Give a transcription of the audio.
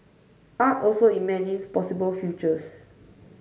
art also imagines possible futures